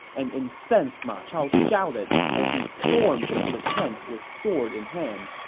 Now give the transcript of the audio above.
an incensed ma chao shouted as he stormed into the tent with sword in hand.